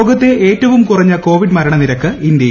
ലോകത്തെ ഏറ്റവും കുറഞ്ഞ കോവിഡ് മരണനിരക്ക് ഇന്ത്യയിൽ